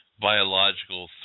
biological